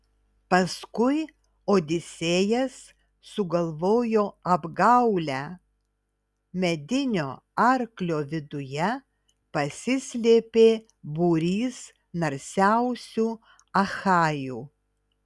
paskui odisėjas sugalvojo apgaulę medinio arklio viduje pasislėpė būrys narsiausių achajų